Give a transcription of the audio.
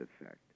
effect